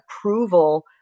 approval